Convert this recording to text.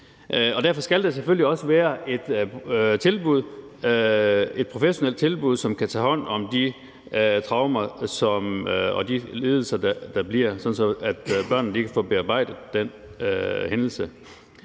Derfor skal der selvfølgelig også være et tilbud, et professionelt tilbud, som kan tage hånd om de traumer og de lidelser, der bliver, sådan at børnene kan få bearbejdet hændelsen.